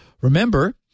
Remember